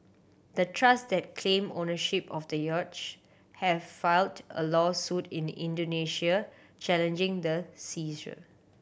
the trust that claim ownership of the have filed a lawsuit in Indonesia challenging the seizure